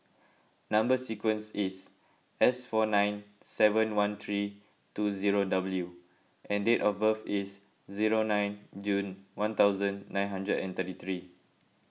Number Sequence is S four nine seven one three two zero W and date of birth is zero nine June one thousand nine hundred and thirty three